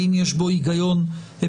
האם יש בו היגיון אפידמיולוגי.